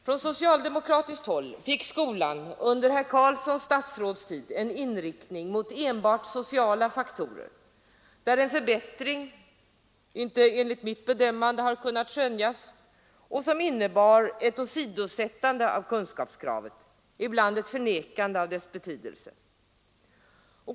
Från socialdemokratiskt håll fick skolan under herr Carlssons statsrådstid en inriktning mot enbart sociala faktorer där en förbättring ännu inte är skönjbar och som innebar ett åsidosättande av kunskapskravet — ibland ett förnekande av dess betydelse.